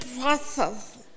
process